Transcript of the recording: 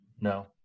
No